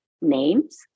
names